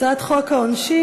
הצעת חוק העונשין,